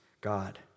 God